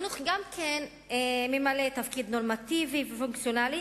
החינוך גם ממלא תפקיד נורמטיבי ופונקציונלי,